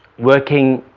working